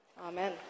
Amen